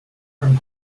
from